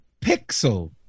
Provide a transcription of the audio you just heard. pixel